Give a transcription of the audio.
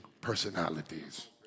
personalities